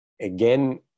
again